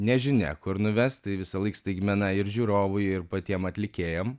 nežinia kur nuvest tai visąlaik staigmena ir žiūrovui ir patiem atlikėjam